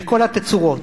בכל התצורות,